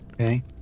okay